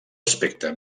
aspecte